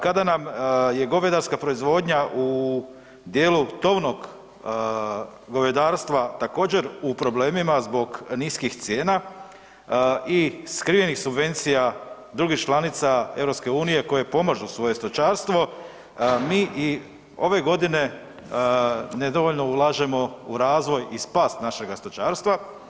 Kada nam je govedarska proizvodnja u dijelu tovnog govedarstva također u problemima zbog niskih cijena i skrivenih subvencija drugih članica EU koje pomažu svoje stočarstvo mi i ove godine nedovoljno ulažemo u razvoj i spas našega stočarstva.